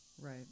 Right